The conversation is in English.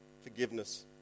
forgiveness